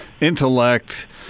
intellect